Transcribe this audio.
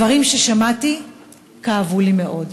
הדברים ששמעתי כאבו לי מאוד.